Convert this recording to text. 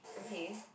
okay